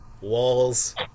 walls